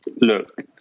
Look